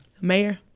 mayor